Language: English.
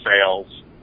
sales